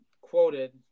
quoted